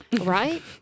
Right